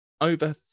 over